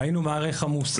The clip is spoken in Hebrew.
ראינו מה הערך המוסף.